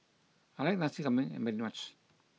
I like Nasi Ambeng very much